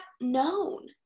known